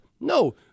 No